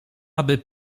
aby